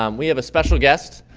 um we have a special guest,